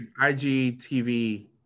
IGTV